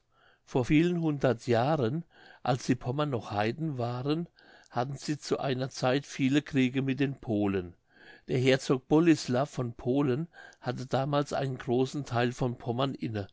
vor vielen hundert jahren als die pommern noch heiden waren hatten sie zu einer zeit viele kriege mit den polen der herzog bolislaff von polen hatte damals einen großen theil von pommern inne